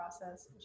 process